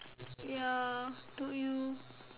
ya told you